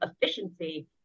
efficiency